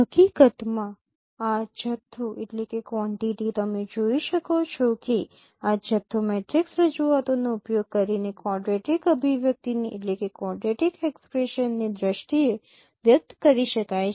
હકીકતમાં આ જથ્થો તમે જોઈ શકો છો કે આ જથ્થો મેટ્રિક્સ રજૂઆતોનો ઉપયોગ કરીને ક્વોડરેટિક અભિવ્યક્તિની દ્રષ્ટિએ વ્યક્ત કરી શકાય છે